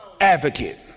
Advocate